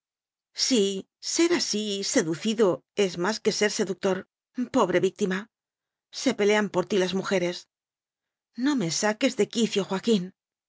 sí ser así seducido es más que ser se ductor pobre víctima se pelean por ti las mujeres no me saques de quicio joaquín